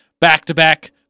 back-to-back